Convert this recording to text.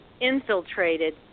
infiltrated